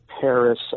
Paris